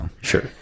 sure